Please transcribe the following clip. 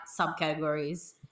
subcategories